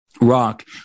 rock